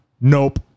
nope